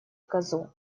козу